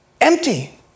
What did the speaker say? empty